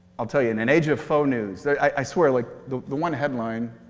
i'll tell you, in an age of faux news i swear like the the one headline,